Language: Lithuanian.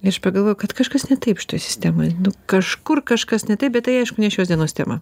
aš pagalvoju kad kažkas ne taip šitoj sistemoj kažkur kažkas ne taip bet tai aišku ne šios dienos tema